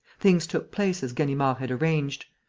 things took place as ganimard had arranged.